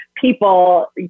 people